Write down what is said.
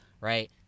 right